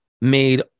made